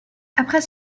après